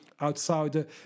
outside